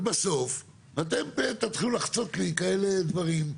ובסוף אתם תתחילו לחצות לי כאלה דברים.